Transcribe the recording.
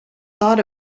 thought